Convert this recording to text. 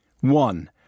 One